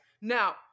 Now